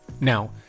Now